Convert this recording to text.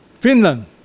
Finland